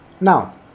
Now